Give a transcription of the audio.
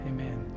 Amen